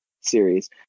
series